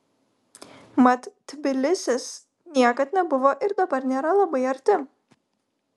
mat tbilisis niekad nebuvo ir dabar nėra labai arti